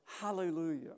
Hallelujah